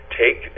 take